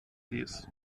sees